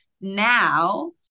now